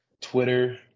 twitter